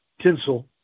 tinsel